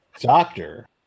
doctor